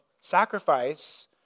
sacrifice